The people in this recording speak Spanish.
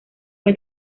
fue